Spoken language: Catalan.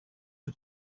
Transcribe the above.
que